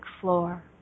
floor